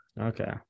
Okay